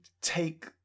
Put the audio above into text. take